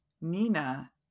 Nina